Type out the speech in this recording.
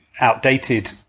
outdated